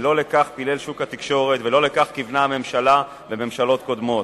ולא לכך פילל שוק התקשורת ולא לכך כיוונו הממשלה וממשלות קודמות,